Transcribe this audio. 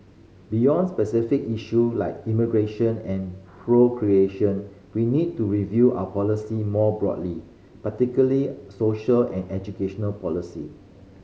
beyond specific issue like immigration and procreation we need to review our policy more broadly particularly social and education policy